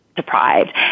deprived